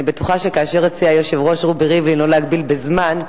אני בטוחה שכאשר הציע היושב-ראש רובי ריבלין לא להגביל בזמן,